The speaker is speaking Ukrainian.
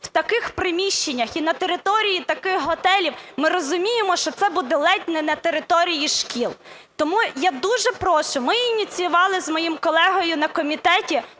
у таких приміщеннях і на території таких готелів, ми розуміємо, що це буде ледь не на території шкіл. Тому я дуже прошу, ми ініціювали з моїм колегою на комітеті